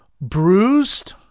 bruised